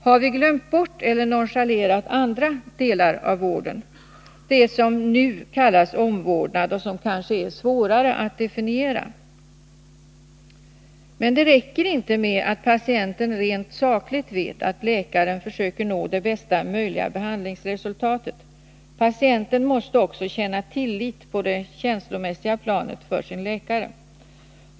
Har vi glömt bort, eller nonchalerat andra delar av vården, det som nu kallas omvårdnad och som kanske är svårare att definiera? Men det räcker inte med att patienten rent sakligt vet att läkaren försöker nå det bästa möjliga behandlingsresultatet. Patienten måste också kunna hysa tillit till sin läkare på det känslomässiga planet.